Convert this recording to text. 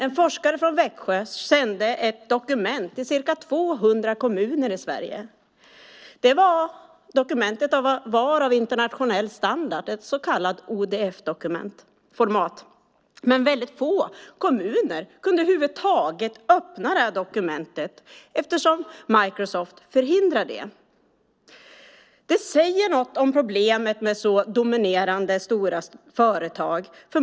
En forskare från Växjö sände ett dokument till ca 200 kommuner i Sverige. Dokumentet var av internationell standard, ett så kallat ODF-format. Men väldigt få kommuner kunde över huvud taget öppna dokumentet eftersom Microsoft förhindrar det. Det säger något om problemet med så dominerande stora företag.